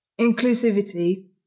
inclusivity